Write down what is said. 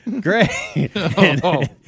Great